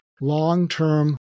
long-term